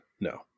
No